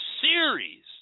series